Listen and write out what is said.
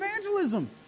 evangelism